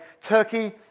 Turkey